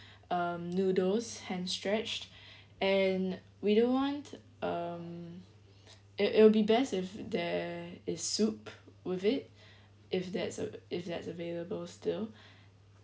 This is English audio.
um noodles hand stretched and we don't want um it it will be best if there is soup with it if that's if that's available still